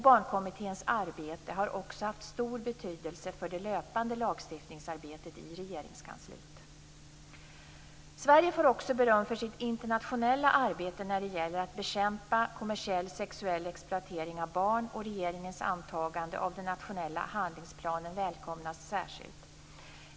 Barnkommitténs arbete har också haft stor betydelse för det löpande lagstiftningsarbetet i Regeringskansliet. Sverige får också beröm för sitt internationella arbete när det gäller att bekämpa kommersiell sexuell exploatering av barn, och regeringens antagande av den nationella handlingsplanen välkomnas särskilt.